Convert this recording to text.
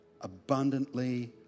abundantly